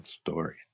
story